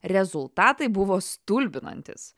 rezultatai buvo stulbinantys